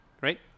Right